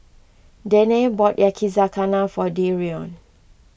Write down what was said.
Danae bought Yakizakana for Dereon